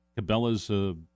cabela's